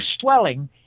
swelling